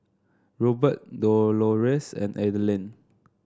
Rupert Dolores and Adelyn